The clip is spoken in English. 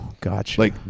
gotcha